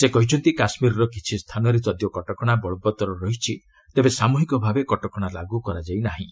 ସେ କହିଛନ୍ତି କାଶ୍ମୀରର କିଛି ସ୍ଥାନରେ ଯଦିଓ କଟକଣା ବଳବତ୍ତର ରହିଛି ତେବେ ସାମ୍ବହିକ ଭାବେ କଟକଣା ଲାଗୁ କରାଯାଇ ନାହିଁ